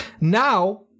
Now